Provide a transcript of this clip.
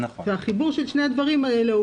החיבור של שני הדברים האלה הוא